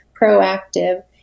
proactive